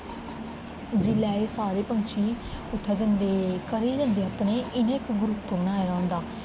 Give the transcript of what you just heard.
जेल्लै एह् सारे पंक्षी उत्थैं जंदे घरै गी जंदे अपने इ'नें इक ग्रुप बनाए दा होंदा